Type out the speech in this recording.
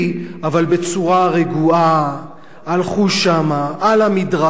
אבל בצורה רגועה הלכו שם על המדרכה.